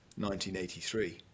1983